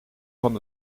van